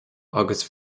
agus